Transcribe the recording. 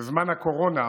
בזמן הקורונה,